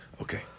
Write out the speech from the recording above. Okay